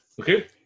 okay